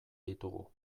ditugu